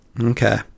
Okay